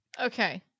Okay